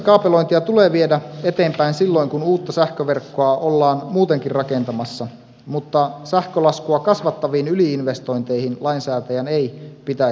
kaapelointia tulee viedä eteenpäin silloin kun uutta sähköverkkoa ollaan muutenkin rakentamassa mutta sähkölaskua kasvattaviin yli investointeihin lainsäätäjän ei pitäisi ohjata